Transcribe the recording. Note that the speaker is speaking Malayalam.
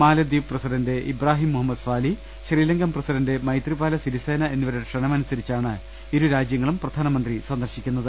മാലെദ്വീപ് president Ibrahim Mohamed Solih Sri Lankan president Maithripala Sirisena എന്നിവരുടെ ക്ഷണമനുസരിച്ചാണ് ഇരു രാജ്യങ്ങളും പ്രധാനമന്ത്രി സന്ദർശിക്കുന്നത്